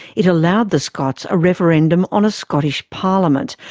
it allowed the scots a referendum on a scottish parliament,